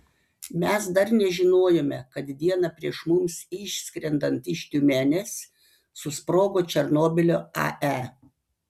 mes dar nežinojome kad dieną prieš mums išskrendant iš tiumenės susprogo černobylio ae